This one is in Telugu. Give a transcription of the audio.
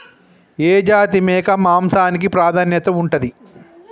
ఏ జాతి మేక మాంసానికి ప్రాధాన్యత ఉంటది?